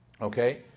okay